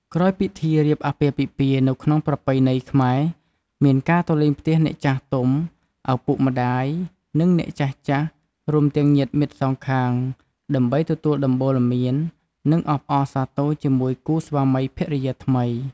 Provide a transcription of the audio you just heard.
ក្រោយពិធីរៀបអាពាហ៍ពិពាហ៍ នៅក្នុងប្រពៃណីខ្មែរ មានការទៅលេងផ្ទះអ្នកចាស់ទុំ ឪពុកម្តាយ និងអ្នកចាស់ៗ រួមទាំងញាតិមិត្តសងខាង ដើម្បី ទទួលដំបូន្មាន និងអបអរសាទរជាមួយគូស្វាមីភរិយាថ្មី។